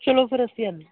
ਚਲੋ ਫਿਰ ਅਸੀਂ ਆਉਂਦੇ